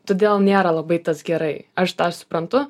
todėl nėra labai tas gerai aš tą suprantu